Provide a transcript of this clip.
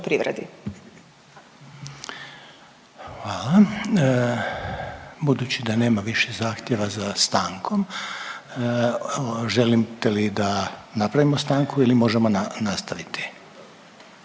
Hvala. Budući da nema više zahtjeva za stankom, želite li da napravimo stanku ili možemo nastaviti?